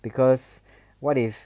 because what if